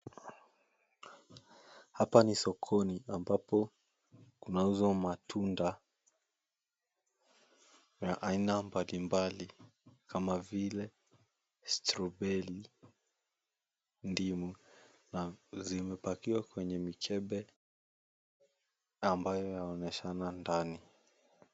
Hapa ni sokoni ambapo kunauzwa matunda ya aina mbalimbali kama vile strawberry , ndimu na zimepakiwa kwenye michepe ambayo yaonyeshana ndani.